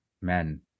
men